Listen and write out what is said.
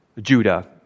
Judah